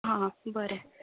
आं बरें